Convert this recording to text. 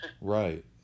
right